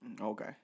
Okay